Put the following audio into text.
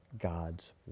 God's